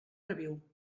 reviu